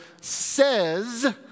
says